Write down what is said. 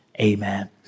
amen